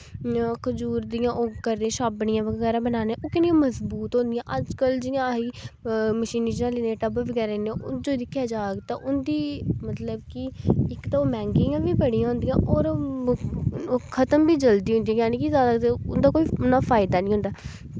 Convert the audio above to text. जियां खजूर दियां ओह् करदे छाबड़ियां बगैरा बनाने आं ओह् किन्नियां मजबूत होंदियां अज्जकल जियां अस मशीनी चले दे टब्ब बगैरा इ'न्ने उं'दे दिक्खेआ जा तां उं'दी मतलब कि इक ते ओह् मैंह्गियां बी बड़ियां होंदियां होर ओह् खतम बी जल्दी होंदियां जानि के ज्यादा ते उं'दा कोई इ'न्ना कोई फायदा नी होंदा पर